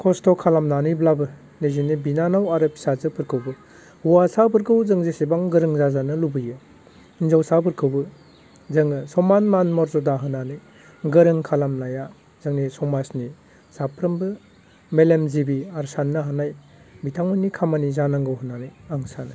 खस्त' खालामनानैब्लाबो निजेनि बिनानाव आरो फिसाजोफोरखौबो हौवासाफोरखौ जों जेसेबां गोरों जाजानो लुबैयो हिनजावसाफोरखौबो जोङो समान मान मर्जादा होनानै गोरों खालामनाया जोंनि समाजनि साफ्रोमबो मेलेमजिबि आरो साननो हानाय बिथांमोननि खामानि जानांगौ होननानै आं सानो